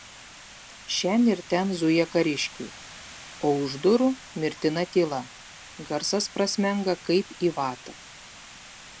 šen ir ten zuja kariškiai o už durų mirtina tyla garsas prasmenga kaip į vatą